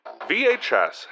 vhs